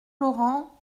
laurent